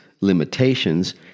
limitations